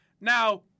Now